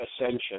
ascension